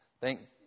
Thank